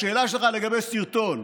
לשאלה שלך לגבי סרטון.